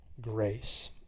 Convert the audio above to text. grace